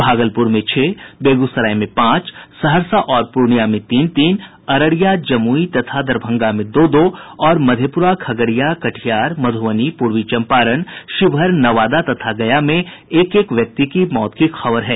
भागलपुर में छह बेगूसराय में पांच सहरसा और पूर्णियां में तीन तीन अररिया जमुई तथा दरभंगा में दो दो और मधेप्रा खगड़िया कटिहार मधुबनी पूर्वी चम्पारण शिवहर नवादा तथा गया में एक एक व्यक्ति की मौत की खबर है